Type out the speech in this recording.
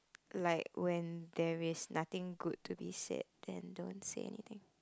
like when there is nothing good to be said then don't say anything